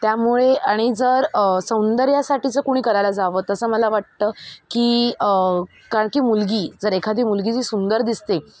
त्यामुळे आणि जर सौंदर्यासाठी जर कोणी करायला जावं तसं मला वाटतं की कारण की मुलगी जर एखादी मुलगी जी सुंदर दिसते